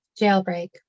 Jailbreak